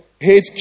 hate